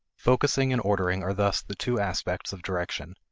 focusing and ordering are thus the two aspects of direction,